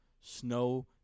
Snow